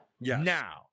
Now